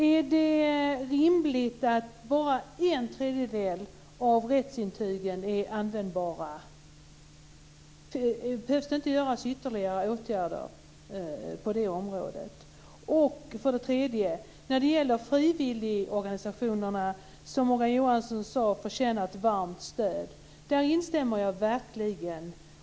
Är det rimligt att bara en tredjedel av rättsintygen är användbara? Behövs det inte ytterligare åtgärder på det området? Morgan Johansson sade att frivilligorganisationerna förtjänar ett varmt stöd. Det instämmer jag verkligen i.